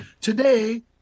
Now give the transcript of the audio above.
today